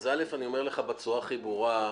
אני אומר לך בצורה הכי ברורה.